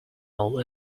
all